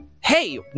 hey